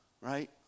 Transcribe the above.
right